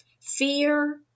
fear